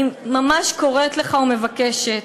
אני ממש קוראת לך ומבקשת,